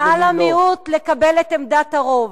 ועל המיעוט לקבל את עמדת הרוב.